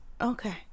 okay